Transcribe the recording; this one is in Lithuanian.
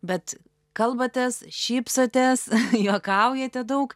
bet kalbatės šypsotės juokaujate daug